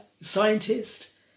scientist